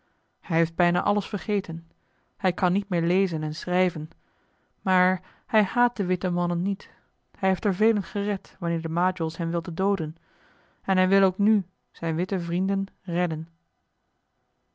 hij heeft bijna alles vergeten hij kan niet meer lezen en schrijven maar hij haat de witte mannen niet hij heeft er velen gered wanneer de majols hen wilden dooden en hij wil ook nu zijne witte vrienden redden